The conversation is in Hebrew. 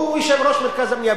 הוא יושב-ראש מרכז הבנייה,